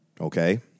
okay